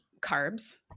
carbs